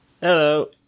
Hello